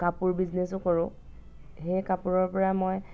কাপোৰ বিজনেচো কৰোঁ সেই কাপোৰৰ পৰা মই